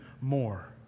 more